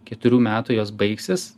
keturių metų jos baigsis